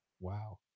Wow